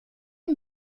une